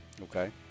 Okay